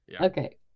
Okay